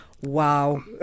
Wow